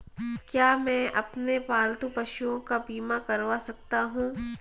क्या मैं अपने पालतू पशुओं का बीमा करवा सकता हूं?